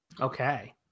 Okay